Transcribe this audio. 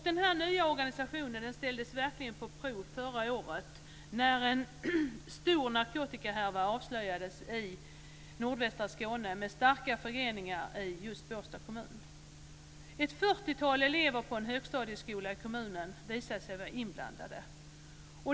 Denna nya organisation ställdes verkligen på prov förra året när en stor narkotikahärva avslöjades i nordvästra Skåne med starka förgreningar i just Båstad kommun. Ett fyrtiotal elever på en högstadieskola i kommunen visade sig vara inblandade.